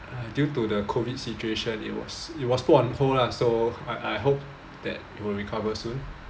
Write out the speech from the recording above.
ah due to the COVID situation it was it was put on hold lah so I I hope that it will recover soon